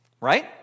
right